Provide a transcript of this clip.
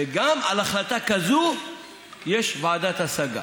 וגם על החלטה כזו יש ועדת השגה.